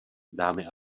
dámy